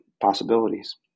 possibilities